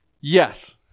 Yes